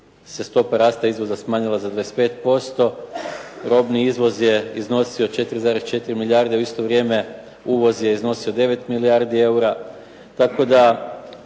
se stopa rasta izvoza smanjila za 25%, robni izvoz je iznosio 4,4 milijarde, u isto vrijeme uvoz je iznosio 9 milijardi eura. Tako da